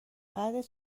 بعد